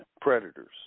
predators